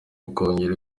ukongera